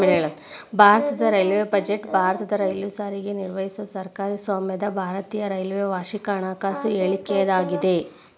ಭಾರತದ railway budget ಭಾರತದ rail ಸಾರಿಗೆ ನಿರ್ವಹಿಸೊ ಸರ್ಕಾರಿ ಸ್ವಾಮ್ಯದ ಭಾರತೇಯ ರೈಲ್ವೆ ವಾರ್ಷಿಕ ಹಣಕಾಸು ಹೇಳಿಕೆಯಾಗ್ಯಾದ